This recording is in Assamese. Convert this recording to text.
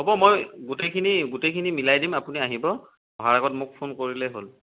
হ'ব মই গোটেইখিনি গোটেইখিনি মিলাই দিম আপুনি আহিব অহাৰ আগত মোক ফোন কৰিলেই হ'ল